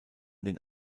den